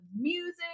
music